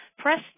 Press